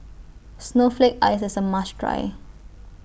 Snowflake Ice IS A must Try